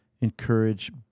encourage